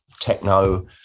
Techno